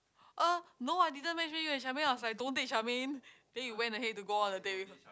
ah no I didn't match make you with Charmaine I was like don't date Charmaine then you went ahead to go on a date with